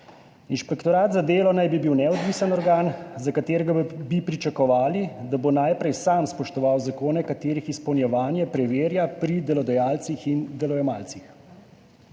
Inšpektorat za delo naj bi bil neodvisen organ, za katerega bi pričakovali, da bo najprej sam spoštoval zakone, katerih izpolnjevanje preverja pri delodajalcih in delojemalcih.